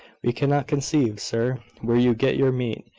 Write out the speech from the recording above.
we cannot conceive, sir, where you get your meat,